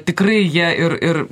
tikrai jie ir ir